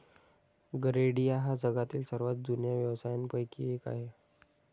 गरेडिया हा जगातील सर्वात जुन्या व्यवसायांपैकी एक आहे